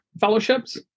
fellowships